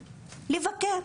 לבקר,